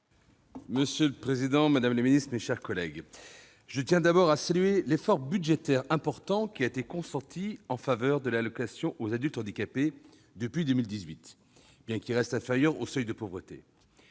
Monsieur le président, madame la secrétaire d'État, mes chers collègues, je tiens d'abord à saluer l'effort budgétaire important qui a été consenti en faveur de l'allocation aux adultes handicapés AAH depuis 2018, bien que celle-ci reste inférieure au seuil de pauvreté.